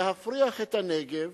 להפריח את הנגב,